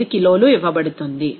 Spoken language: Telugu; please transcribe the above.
5 కిలోలు ఇవ్వబడుతుంది